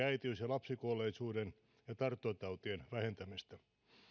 äitiys ja lapsikuolleisuuden sekä tartuntatautien vähentämistä